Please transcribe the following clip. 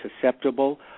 susceptible